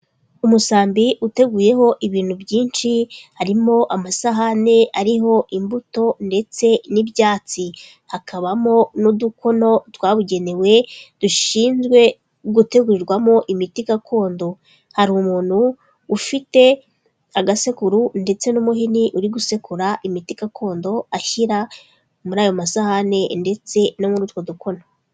Umusambi uteguyeho ibintu byinshi harimo amasahane ariho imbuto ndetse n'ibyatsi. Hakabamo n'udukono twabugenewe dushinzwe gutegurirwamo imiti gakondo. Hari umuntu ufite agasekuru ndetse n'umuhini uri gusekura imiti gakondo ashyira muri ayo masahane ndetse no muri utwo dukono.